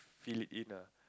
fill it in ah